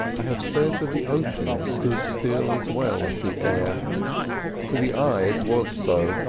i have said that the ocean stood still as well as the air to the eye it was so,